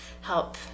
help